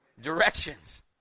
directions